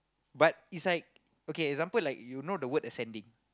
but is like okay example like you know the word ascending